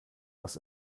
was